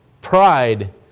pride